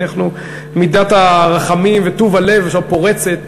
מידת הרחמים וטוב הלב עכשיו פורצת,